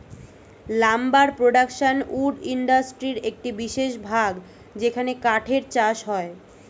lumber production wood ইন্ডাস্ট্রির একটি বিশেষ ভাগ যেখানে কাঠের চাষ হয়